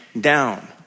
down